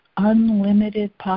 unlimited